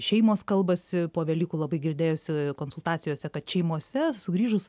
šeimos kalbasi po velykų labai girdėjosi konsultacijose kad šeimose sugrįžus